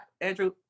Andrew